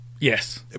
Yes